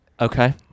okay